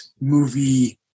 movie